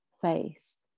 face